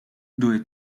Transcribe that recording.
due